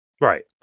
right